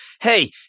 hey